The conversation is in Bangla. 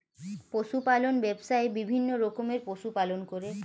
পশু পালন ব্যবসায়ে বিভিন্ন রকমের পশু পালন করে